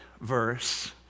verse